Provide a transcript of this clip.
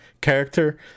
character